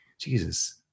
Jesus